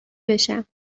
بشم